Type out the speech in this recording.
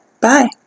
Bye